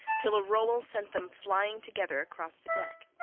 till a roll sent them flying together across the deck.